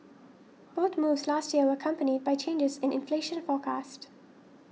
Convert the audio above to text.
both moves last year were accompanied by changes in inflation forecast